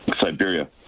Siberia